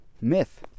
myth